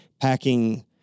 packing